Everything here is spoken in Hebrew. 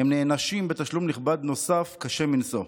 בתשלום נכבד נוסף וקשה מנשוא.